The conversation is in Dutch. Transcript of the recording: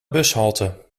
bushalte